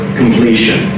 completion